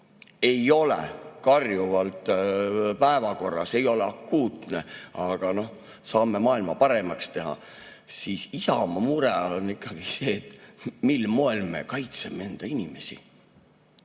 ei ole karjuvalt päevakorral, ei ole akuutne, aga saame maailma paremaks teha. Isamaa mure on ikkagi see, mil moel me kaitseme enda inimesi.